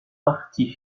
parti